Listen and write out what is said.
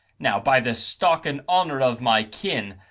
now, by the stock and honour of my kin,